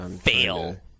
Fail